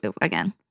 again